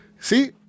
See